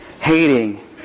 hating